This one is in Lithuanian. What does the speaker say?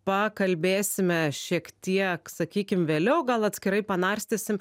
pakalbėsime šiek tiek sakykim vėliau gal atskirai panardysim